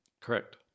Correct